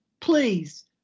please